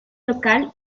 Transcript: local